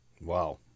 wow